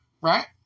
Right